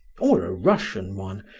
or a russian one,